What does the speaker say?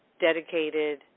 dedicated